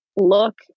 look